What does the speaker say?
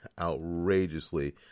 outrageously